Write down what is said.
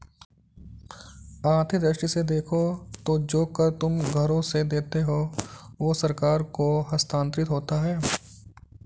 आर्थिक दृष्टि से देखो तो जो कर तुम घरों से देते हो वो सरकार को हस्तांतरित होता है